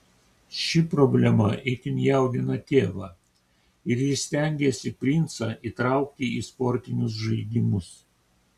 ši problema itin jaudina tėvą ir jis stengiasi princą įtraukti į sportinius žaidimus